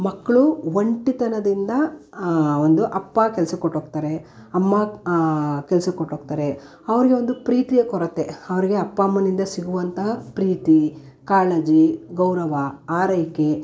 ಮಕ್ಕಳು ಒಂಟಿತನದಿಂದ ಒಂದು ಅಪ್ಪ ಕೆಲ್ಸಕ್ಕೆ ಹೊರ್ಟೋಗ್ತಾರೆ ಅಮ್ಮ ಕೆಲ್ಸಕ್ಕೆ ಹೊರಟೋಗ್ತಾರೆ ಅವರಿಗೆ ಒಂದು ಪ್ರೀತಿಯ ಕೊರತೆ ಅವರಿಗೆ ಅಪ್ಪ ಅಮ್ಮನಿಂದ ಸಿಗುವಂತಹ ಪ್ರೀತಿ ಕಾಳಜಿ ಗೌರವ ಆರೈಕೆ